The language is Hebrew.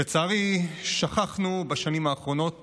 לצערי, שכחנו בשנים האחרונות